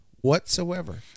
whatsoever